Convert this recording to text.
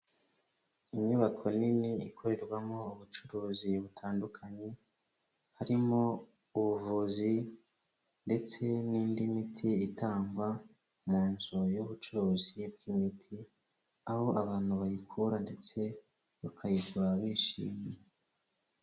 Inyubako nini ikorerwamo ubucuruzi butandukanye, harimo ubuvuzi ndetse n'indi miti itangwa mu nzu y'ubucuruzi bw'imiti, aho abantu bayikura ndetse bakayigura bishimye.